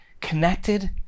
connected